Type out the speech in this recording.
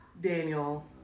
Daniel